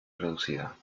reducida